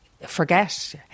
forget